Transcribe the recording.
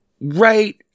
right